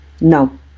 No